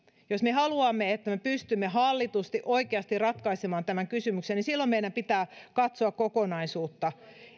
jos me haluamme että me pystymme hallitusti oikeasti ratkaisemaan tämän kysymyksen niin silloin meidän pitää katsoa kokonaisuutta